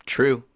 True